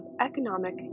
Economic